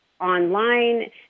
online